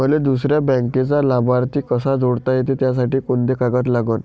मले दुसऱ्या बँकेचा लाभार्थी कसा जोडता येते, त्यासाठी कोंते कागद लागन?